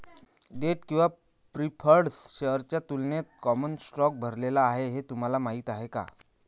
Date किंवा preferred शेअर्सच्या तुलनेत कॉमन स्टॉक भरलेला आहे हे तुम्हाला माहीत आहे का?